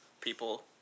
people